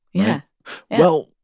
yeah well,